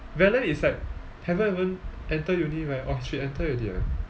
valen is like haven't even enter uni right oh she enter already ah